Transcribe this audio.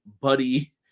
Buddy